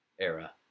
era